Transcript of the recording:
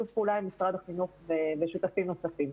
פעולה עם משרד החינוך ועם שותפים נוספים.